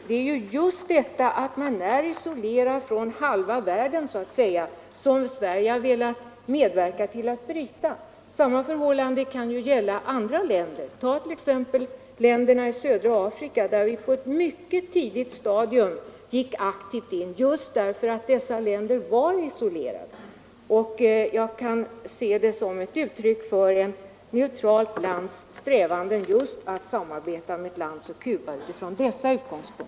Det är just det förhållandet att Cuba är isolerat från halva världen som Sverige har velat medverka till att ändra. Samma förhållande kan gälla andra länder. Tag t.ex. länderna i södra Afrika, där vi på ett mycket tidigt stadium gick in aktivt just för att dessa länder var isolerade. Jag kan se Sveriges samarbete med Cuba som ett uttryck för ett neutralt lands strävan att bryta ett annat lands isolering.